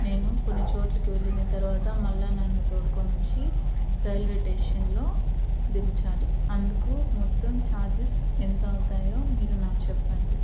నేను కొన్ని చోట్లకి వెళ్ళిన తర్వాత మళ్ళీ నన్ను తోలుకొని వచ్చి రైల్వేస్టేషన్లో దించాలి అందుకు మొత్తం ఛార్జెస్ ఎంత అవుతాయో మీరు నాకు చెప్పండి